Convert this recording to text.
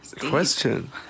question